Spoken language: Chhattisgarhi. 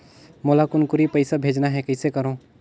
मोला कुनकुरी पइसा भेजना हैं, कइसे करो?